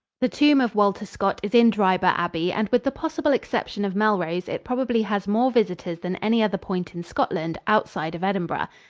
the tomb of walter scott is in dryburgh abbey, and with the possible exception of melrose it probably has more visitors than any other point in scotland outside of edinburgh.